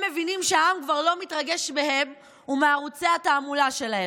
הם מבינים שהעם כבר לא מתרגש מהם ומערוצי התעמולה שלהם.